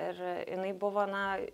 ir jinai buvo na